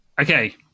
okay